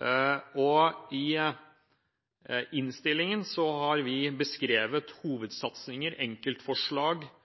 det. I innstillingen har vi beskrevet hovedsatsinger og enkeltforslag inngående –